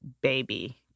baby